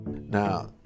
Now